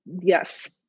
yes